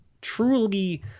truly